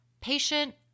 patient